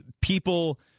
people